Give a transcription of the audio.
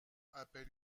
appelle